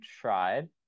tried